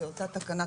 זה אותה תקנה,